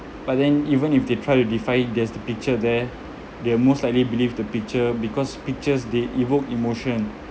but then even if they try to defy it there's the picture there they will most likely believe the picture because pictures they evoke emotion